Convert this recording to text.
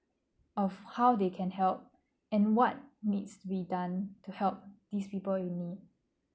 of how they can help and what needs to be done to help these people in need